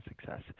success